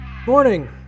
Morning